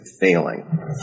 failing